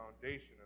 foundation